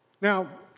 Now